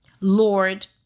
Lord